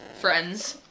Friends